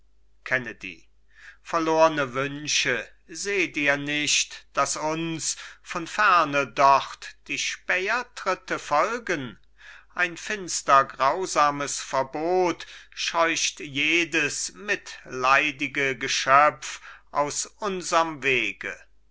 verlorne wünsche seht ihr nicht daß uns von ferne dort die spähertritte folgen ein finster grausames verbot scheucht jedes mitleidige geschöpf aus unserm wege